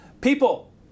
people